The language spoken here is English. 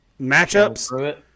matchups